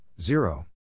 Zero